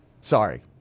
Sorry